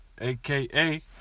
AKA